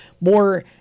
more